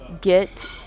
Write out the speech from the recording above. get